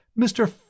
Mr